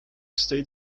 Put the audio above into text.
state